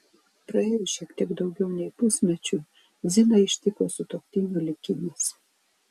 praėjus šiek tiek daugiau nei pusmečiui ziną ištiko sutuoktinio likimas